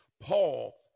Paul